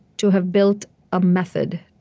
to have built a method,